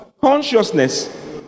Consciousness